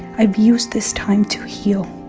i've used this time to heal,